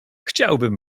chciałbym